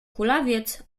kulawiec